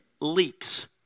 leaks